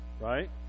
right